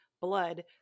blood